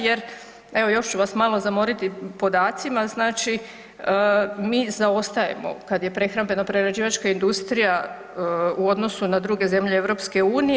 Jer evo još ću vas malo zamoriti podacima, znači mi zaostajemo kad je prehrambeno prerađivačka industrija u odnosu na druge zemlje EU.